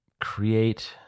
create